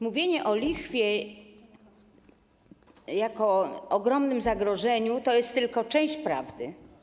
Mówienie o lichwie jako o ogromnym zagrożeniu to jest tylko część prawdy.